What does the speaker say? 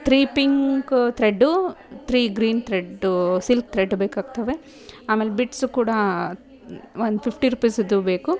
three pink thread three green thread silk thread ಬೇಕಾಗ್ತವೆ ಆಮೇಲೆ beads ಕೂಡ ಒಂದು ಫಿಫ್ಟಿ ರುಪೀಸುದ್ದು ಬೇಕು